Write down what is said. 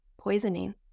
poisoning